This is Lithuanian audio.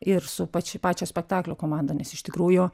ir su pači pačia spektaklio komanda nes iš tikrųjų